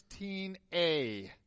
16a